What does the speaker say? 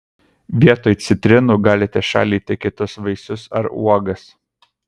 vietoj citrinų galite šaldyti kitus vaisius ar uogas